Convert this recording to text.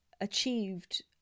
achieved